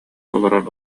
олорор